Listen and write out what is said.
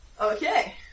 Okay